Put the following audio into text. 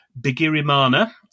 Bigirimana